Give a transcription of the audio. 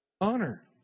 honor